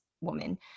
woman